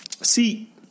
See